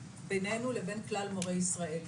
בינינו לבין כלל מורי ישראל.